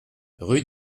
rue